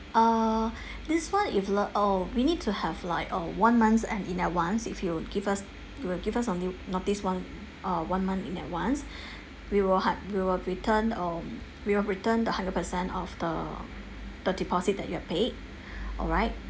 uh this [one] if li~ oh we need to have like uh one month and in advance if you give us you will give us only notice one uh one month in advance we will hu~ we will return uh we will return the hundred percent of the the deposit that you have paid alright